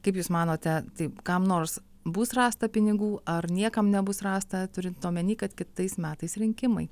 kaip jūs manote tai kam nors bus rasta pinigų ar niekam nebus rasta turint omenyj kad kitais metais rinkimai